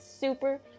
super